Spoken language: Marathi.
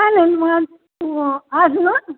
चालेल मग आज ना